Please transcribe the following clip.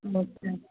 अच्छा